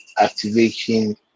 activation